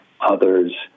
others